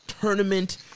tournament